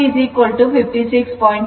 VL t 56